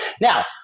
Now